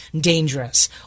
dangerous